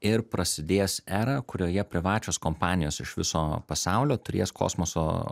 ir prasidės era kurioje privačios kompanijos iš viso pasaulio turės kosmoso